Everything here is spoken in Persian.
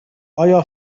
آیا